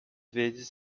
vezes